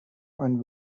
and